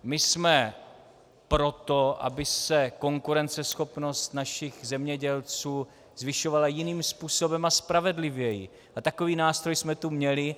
My jsme pro to, aby se konkurenceschopnost našich zemědělců zvyšovala jiným způsobem a spravedlivěji, a takový nástroj jsme tu měli.